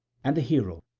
and the hero,